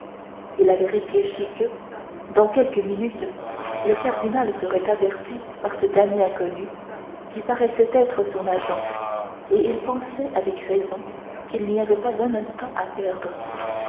il avait réfléchi que dans quelques minutes le cardinal serait averti par ce damné inconnu qui paraissait être son agent et il pensait avec raison qu'il n'y avait pas un instant à perdre